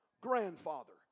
grandfather